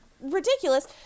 ridiculous